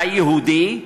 אתה יהודי?